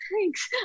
thanks